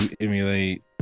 emulate